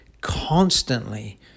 constantly